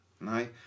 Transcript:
no